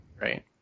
Right